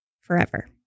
forever